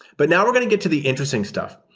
but now we're going to get to the interesting stuff.